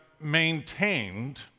maintained